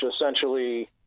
essentially